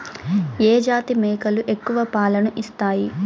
ఏ జాతి మేకలు ఎక్కువ పాలను ఇస్తాయి?